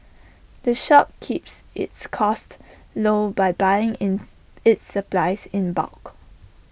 the shop keeps its costs low by buying ins its supplies in bulk